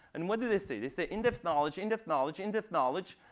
and what do they say? they say in-depth knowledge, in-depth knowledge, in-depth knowledge,